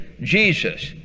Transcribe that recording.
Jesus